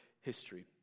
history